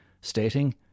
stating